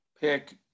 pick